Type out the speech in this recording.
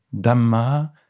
dhamma